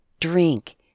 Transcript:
drink